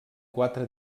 quatre